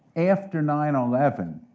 after nine eleven,